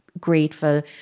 grateful